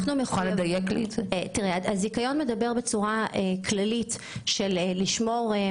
הזיכיון מדבר בצורה כללית על הצורך